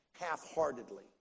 half-heartedly